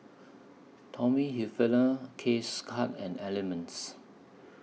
Tommy Hilfiger K Cuts and Element